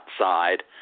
outside